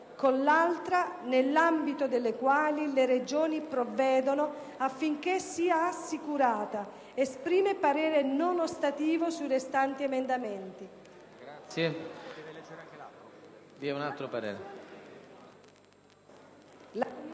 con l'altra: "nell'ambito delle quali le Regioni provvedono affinché sia assicurata"; esprime parere non ostativo sui restanti emendamenti».